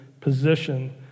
position